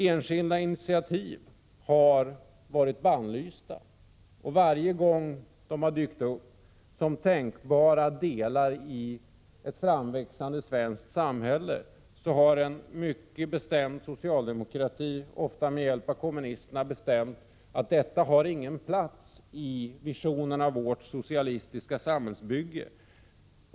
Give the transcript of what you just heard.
Enskilda initiativ har varit bannlysta, och varje gång de har dykt upp som tänkbara delar i ett framväxande svenskt samhälle, har en mycket bestämd socialdemokrati, ofta med hjälp av kommunisterna, beslutat att detta inte har någon plats i visionen av det socialistiska samhällsbygget.